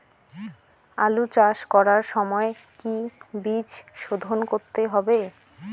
আলু চাষ করার সময় কি বীজ শোধন করতে হবে?